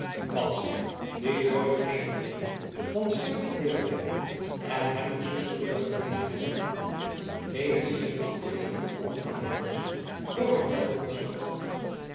madzy die nooit eenig jongeling dan seerp had leeren kennen en hem een zusterlijke genegenheid toedroeg leende geen afkeerig oor aan de wenschen door haar weldoenster gekoesterd